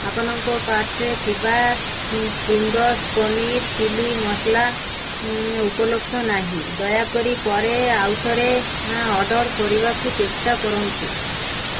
ଆପଣଙ୍କ କାର୍ଟ୍ରେ ଥିବା ଚିଙ୍ଗ୍ସ୍ ପନିର୍ ଚିଲ୍ଲି ମସଲା ଉପଲବ୍ଧ ନାହିଁ ଦୟାକରି ପରେ ଆଉଥରେ ଅର୍ଡ଼ର୍ କରିବାକୁ ଚେଷ୍ଟା କରନ୍ତୁ